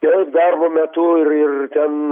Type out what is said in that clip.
taip darbo metu ir ir ten